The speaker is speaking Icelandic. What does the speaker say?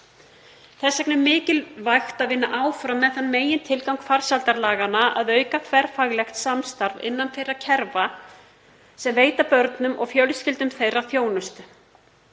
Þess vegna er mikilvægt að vinna áfram með þann megintilgang farsældarlaganna að auka þverfaglegt samstarf innan þeirra kerfa sem veita börnum og fjölskyldum þeirra þjónustu,